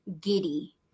giddy